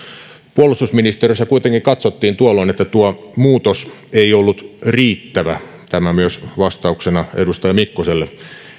puolustusministeriössä kuitenkin katsottiin tuolloin että tuo muutos ei ollut riittävä tämä vastauksena myös edustaja mikkoselle